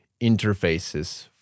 interfaces